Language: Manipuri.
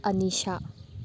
ꯑꯅꯤꯁꯥ